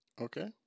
Okay